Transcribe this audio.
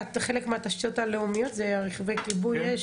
חלק מהתשתיות הלאומיות זה רכבי כיבוי אש